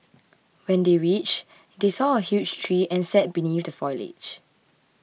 when they reached they saw a huge tree and sat beneath the foliage